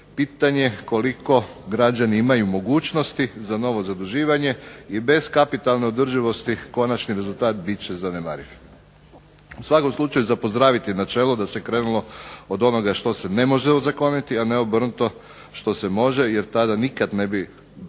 pitanje koliko građani imaju mogućnosti za novo zaduživanje i bez kapitalne održivosti konačni rezultat bit će zanemariv. U svakom slučaju za pozdraviti je načelo da se krenulo od onoga što se ne može ozakoniti, a ne obrnuto što se može, jer tada nikad ne bi